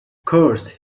course